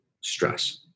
stress